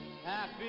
Happy